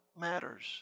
matters